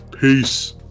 Peace